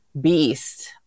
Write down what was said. beast